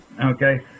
Okay